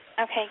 Okay